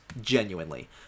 genuinely